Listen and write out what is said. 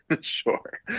Sure